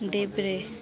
देब्रे